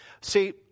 See